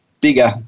bigger